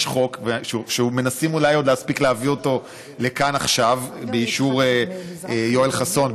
יש חוק שמנסים אולי עוד להספיק להביא אותו לכאן עכשיו באישור יואל חסון,